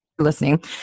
listening